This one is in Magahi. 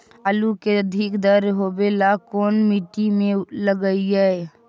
आलू के अधिक दर होवे ला कोन मट्टी में लगीईऐ?